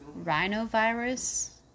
rhinovirus